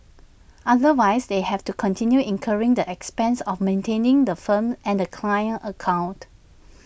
otherwise they have to continue incurring the expenses of maintaining the firm and the client account